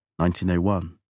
1901